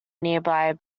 nearby